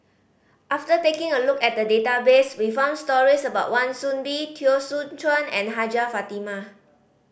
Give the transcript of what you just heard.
after taking a look at the database we found stories about Wan Soon Bee Teo Soon Chuan and Hajjah Fatimah